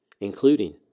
including